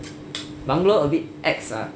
bungalow a bit expensive